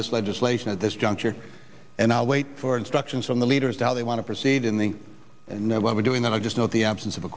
this legislation at this juncture and i wait for instructions from the leaders how they want to proceed in the know what we're doing that i just know the absence of